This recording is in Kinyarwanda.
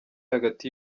hagati